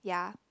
ya